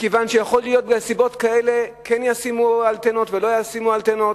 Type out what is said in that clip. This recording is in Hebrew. מכיוון שיכול להיות שבנסיבות כאלה כן ישימו אנטנות ולא ישימו אנטנות,